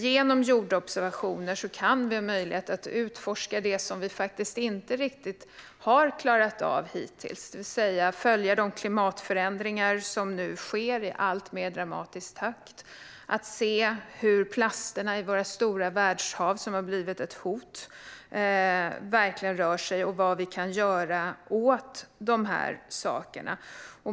Genom jordobservationer kan vi nämligen få möjlighet att utforska det vi faktiskt inte riktigt har klarat av hittills, det vill säga följa de klimatförändringar som nu sker i alltmer dramatisk takt. Det handlar om att se hur plasterna i våra stora världshav, vilket har blivit ett hot, rör sig och vad vi kan göra åt detta.